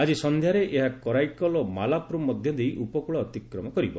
ଆଜି ସଂଧ୍ୟାରେ ଏହା କରାଇକଲ ଓ ମାଲାପୁରମ୍ ମଧ୍ୟ ଦେଇ ଉପକୂଳ ଅତିକ୍ରମ କରିବ